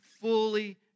fully